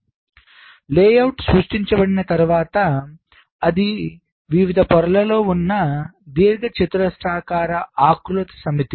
కాబట్టి లేఅవుట్ సృష్టించబడిన తర్వాత అది వివిధ పొరలలో ఉన్న దీర్ఘచతురస్రాకార ఆకృతుల సమితి